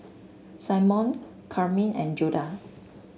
Simone Karyme and Judah